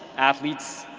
athletes,